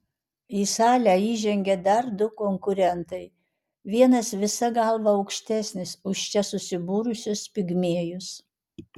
į salę įžengia dar du konkurentai vienas visa galva aukštesnis už čia susibūrusius pigmėjus